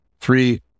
three